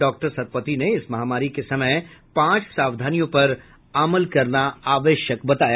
doctor Satpathy ने इस महामारी के समय पांच सावधानियों पर अमल करना आवश्यक बताया